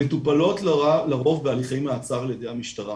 מטופלות לרוב בהליכי מעצר על ידי המשטרה.